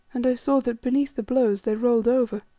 and i saw that beneath the blows they rolled over.